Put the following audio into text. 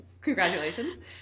Congratulations